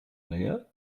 nähe